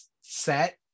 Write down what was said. set